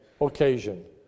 occasion